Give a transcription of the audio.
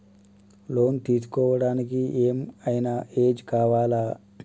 Loan తీస్కోవడానికి ఏం ఐనా ఏజ్ కావాలా?